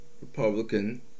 Republican